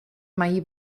mají